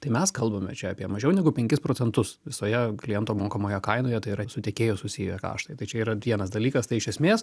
tai mes kalbame čia apie mažiau negu penkis procentus visoje kliento mokamoje kainoje tai yra su tiekėju susiję raštai tai čia yra vienas dalykas tai iš esmės